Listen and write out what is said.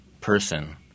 person